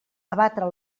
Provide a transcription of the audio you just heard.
abatre